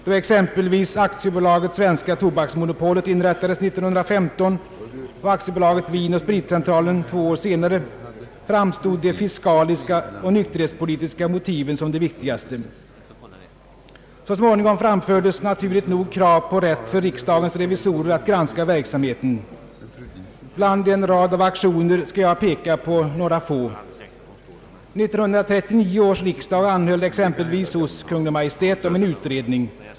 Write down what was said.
Då exempelvis AB Svenska tobaksmonopolet inrättades 1915 och AB Vin & spritcentralen två år senare, framstod de fiskaliska och nykterhetspolitiska motiven som de viktigaste. Så småningom framfördes naturligt nog krav på rätt för riksdagens revisorer att granska verksamheten. Bland en rad av aktioner skall jag peka på några få. 1939 års riksdag anhöll exempelvis hos Kungl. Maj:t om en utredning.